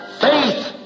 faith